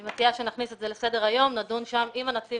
אני מציעה שנכניס את זה לסדר היום ונדון שם עם הנציב